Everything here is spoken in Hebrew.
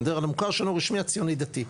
המוכר שאינו רשמי הציוני דתי,